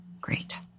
Great